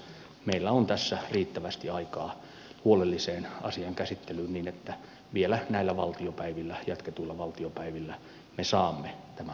meillä on tässä riittävästi aikaa huolelliseen asian käsittelyyn niin että vielä näillä valtiopäivillä jatketuilla valtiopäivillä me saamme tämän lain tänne takaisin